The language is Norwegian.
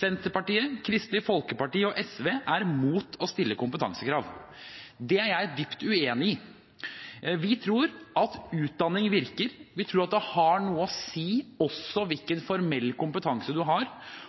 Senterpartiet, Kristelig Folkeparti og SV er imot å stille kompetansekrav. Det er jeg dypt uenig i. Vi tror at utdanning virker. Vi tror at det har noe å si også hvilken formell kompetanse man har,